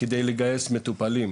על מנת לגייס מטופלים.